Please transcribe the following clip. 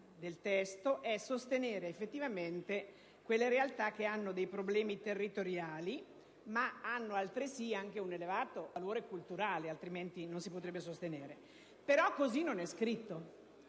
del testo è sostenere effettivamente quelle realtà che hanno dei problemi territoriali, ma hanno altresì anche un elevato valore culturale che, altrimenti, non potrebbe essere sostenuto. Però così non è scritto,